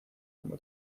como